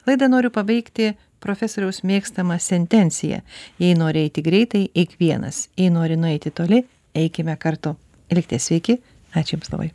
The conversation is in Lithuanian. laidą noriu pabaigti profesoriaus mėgstama sentencija jei nori eiti greitai eik vienas jei nori nueiti toli eikime kartu likite sveiki ačiū jums labai